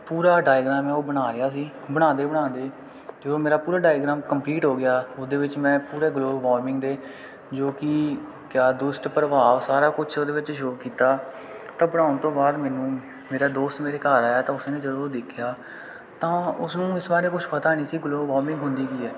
ਪੂਰਾ ਡਾਇਗਰਾਮ ਆ ਉਹ ਬਣਾ ਲਿਆ ਸੀ ਬਣਾਉਂਦੇ ਬਣਾਉਂਦੇ ਜਦੋਂ ਮੇਰਾ ਪੂਰਾ ਡਾਇਗਰਾਮ ਕੰਪਲੀਟ ਹੋ ਗਿਆ ਉਹਦੇ ਵਿੱਚ ਮੈਂ ਪੂਰੇ ਗਲੋਬਲ ਵਾਰਮਿੰਗ ਦੇ ਜੋ ਕਿ ਕਿਆ ਦੁਸ਼ਟ ਪ੍ਰਭਾਵ ਸਾਰਾ ਕੁਛ ਉਹਦੇ ਵਿੱਚ ਸ਼ੋਅ ਕੀਤਾ ਤਾਂ ਬਣਾਉਣ ਤੋਂ ਬਾਅਦ ਮੈਨੂੰ ਮੇਰਾ ਦੋਸਤ ਮੇਰੇ ਘਰ ਆਇਆ ਤਾਂ ਉਸ ਨੇ ਜਦੋਂ ਦੇਖਿਆ ਤਾਂ ਉਸਨੂੰ ਇਸ ਬਾਰੇ ਕੁਛ ਪਤਾ ਨਹੀਂ ਸੀ ਗਲੋਬਲ ਵਾਰਮਿੰਗ ਹੁੰਦੀ ਕੀ ਹੈ